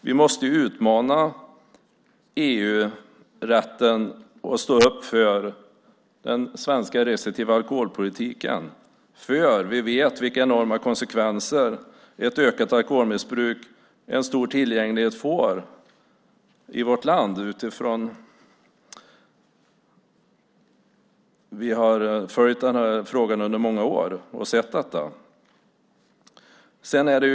Vi måste utmana EG-rätten och stå upp för den restriktiva svenska alkoholpolitiken eftersom vi vet vilka konsekvenser stor tillgänglighet och därmed ökat alkoholmissbruk får i vårt land. Vi har följt denna fråga i många år och sett hur det varit.